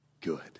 good